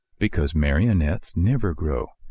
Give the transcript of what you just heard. because marionettes never grow.